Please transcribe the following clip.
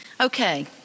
Okay